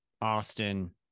austin